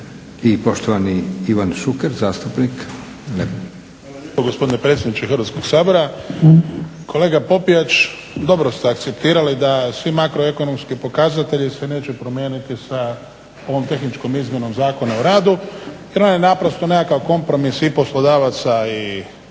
i poštovani Ivan Šuker, zastupnik. **Šuker, Ivan (HDZ)** Hvala lijepa gospodine predsjedniče Hrvatskog sabora. Kolega Popijač, dobro ste akceptirali da svi makroekonomski pokazatelji se neće promijeniti sa ovom tehničkom izmjenom Zakona o radu, jer on je naprosto nekakav kompromis i poslodavaca i